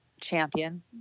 champion